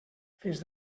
fins